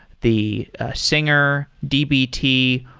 the singer, dbt,